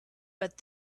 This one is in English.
but